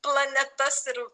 planetas ir